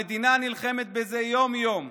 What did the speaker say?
המדינה נלחמת בזה יום-יום,